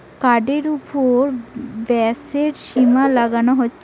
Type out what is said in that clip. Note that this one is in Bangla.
কার্ডের উপর ব্যয়ের সীমা লাগানো যাচ্ছে